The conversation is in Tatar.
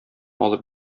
алып